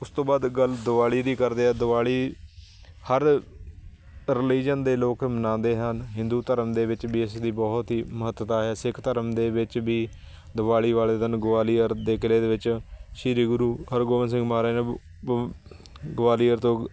ਉਸ ਤੋਂ ਬਾਅਦ ਗੱਲ ਦਿਵਾਲੀ ਦੀ ਕਰਦੇ ਹਾਂ ਦਿਵਾਲੀ ਹਰ ਰਿਲੀਜ਼ਨ ਦੇ ਲੋਕ ਮਨਾਉਂਦੇ ਹਨ ਹਿੰਦੂ ਧਰਮ ਦੇ ਵਿੱਚ ਵੀ ਇਸ ਦੀ ਬਹੁਤ ਹੀ ਮਹੱਤਤਾ ਹੈ ਸਿੱਖ ਧਰਮ ਦੇ ਵਿੱਚ ਵੀ ਦਿਵਾਲੀ ਵਾਲੇ ਦਿਨ ਗਵਾਲੀਅਰ ਦੇ ਕਿਲ੍ਹੇ ਦੇ ਵਿੱਚ ਸ਼੍ਰੀ ਗੁਰੂ ਹਰਗੋਬਿੰਦ ਸਿੰਘ ਮਹਾਰਾਜ ਨੇ ਗਵਾਲੀਅਰ ਤੋਂ